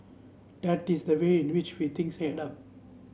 that is the way in which we things add up